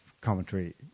commentary